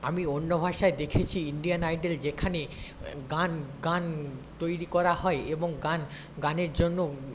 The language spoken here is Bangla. আমি অন্য ভাষায় দেখেছি ইন্ডিয়ান আইডল যেখানে গান গান তৈরি করা হয় এবং গান গানের জন্য